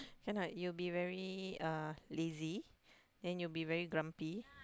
cannot you'll be very uh lazy then you'll be very grumpy